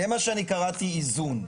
זה מה שאני קראתי איזון.